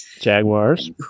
Jaguars